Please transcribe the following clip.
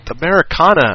Americana